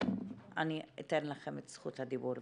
אני אתן לכם את זכות הדיבור.